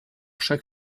chaque